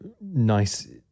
nice